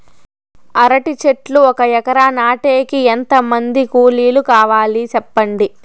అంటి చెట్లు ఒక ఎకరా నాటేకి ఎంత మంది కూలీలు కావాలి? సెప్పండి?